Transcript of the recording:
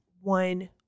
one